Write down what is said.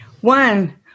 one